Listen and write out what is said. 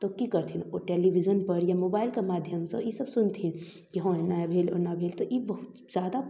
तऽ कि करथिन ओ टेलीविजनपर या मोबाइलके माध्यमसँ ईसब सुनथिन कि हँ एना भेल ओना भेल तऽ ई बहुत जादा